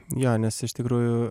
jo nes iš tikrųjų